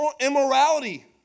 immorality